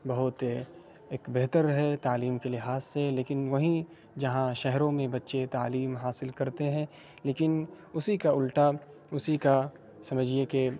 بہت ایک بہتر ہے تعلیم کے لحاظ سے لیکن وہیں جہاں شہروں میں بچے تعلیم حاصل کرتے ہیں لیکن اسی کا الٹا اسی کا سمجھیے کہ